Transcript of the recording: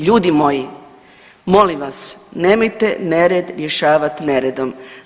Ljudi moji, molim vas, nemojte nered rješavat neredom.